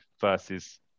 versus